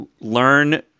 learn